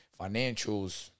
financials